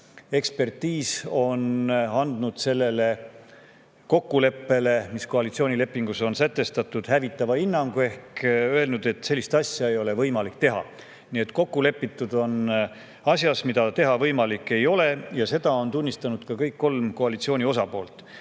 Ekspertiis on andnud sellele kokkuleppele, mis koalitsioonilepingus on sätestatud, hävitava hinnangu ehk öelnud, et sellist asja ei ole võimalik teha. Nii et kokku lepitud on asjas, mida ei ole võimalik teha, ja seda on tunnistanud ka kõik kolm koalitsiooni osapoolt. Aga